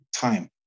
time